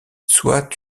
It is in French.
soit